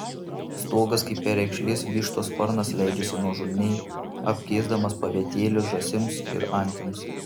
stogas kaip perekšlės vištos sparnas leidžiasi nuožulniai apkėsdamas pavietėlį žąsims ir antims